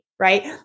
Right